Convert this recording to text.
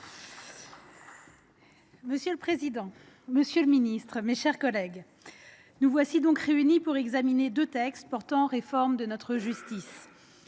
Monsieur le président, monsieur le garde des sceaux, mes chers collègues, nous voici réunis pour examiner deux textes portant réforme de notre justice.